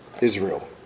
Israel